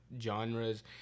genres